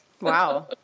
Wow